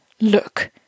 look